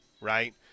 right